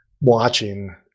watching